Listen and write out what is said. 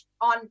on